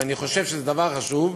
ואני חושב שזה דבר חשוב,